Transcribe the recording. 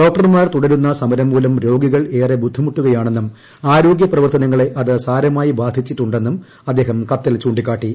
ഡോക്ടർമാർ തുടരുന്ന സമരം മൂലം രോഗികൾ ഏറെ ബുദ്ധിമുട്ടൂകയാണെന്നും ആരോഗൃ പ്രവർത്തനങ്ങളെ അത് സാരമായി ബാധ്ച്ചിട്ടുണ്ടെന്നും അദ്ദേഹം കത്തിൽ ചൂണ്ടിക്കാട്ടി